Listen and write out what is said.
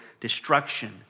destruction